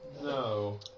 No